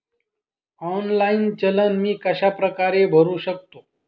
Online चलन मी कशाप्रकारे भरु शकतो?